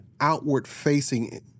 outward-facing